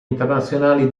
internazionali